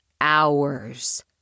hours